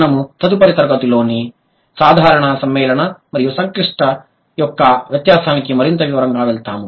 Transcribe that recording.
మనము తదుపరి తరగతిలోని సాధారణ సమ్మేళనం మరియు సంక్లిష్ట యొక్క వ్యత్యాసానికి మరింత వివరంగా వెళ్తాము